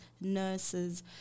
nurses